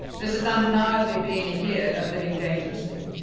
this has undeniably been a year of living dangerously.